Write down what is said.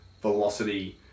velocity